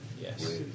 Yes